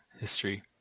history